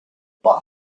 but